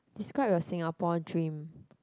describe your Singapore dream